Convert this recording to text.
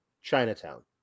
Chinatown